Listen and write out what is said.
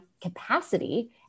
capacity